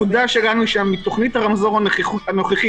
תוכנית הרמזור הנוכחית,